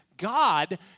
God